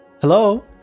Hello